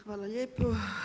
Hvala lijepo.